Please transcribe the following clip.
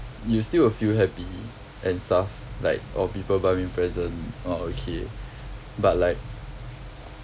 you still will feel happy and stuff like oh people buy me present oh okay but like